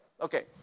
Okay